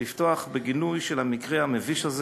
לפתוח בגינוי של המקרה המביש הזה.